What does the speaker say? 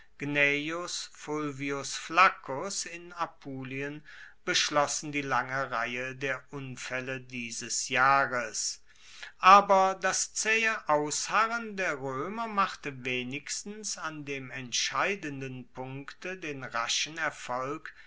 in apulien beschlossen die lange reihe der unfaelle dieses jahres aber das zaehe ausharren der roemer machte wenigstens an dem entscheidenden punkte den raschen erfolg